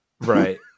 Right